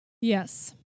Yes